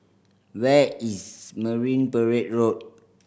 where is Marine Parade Road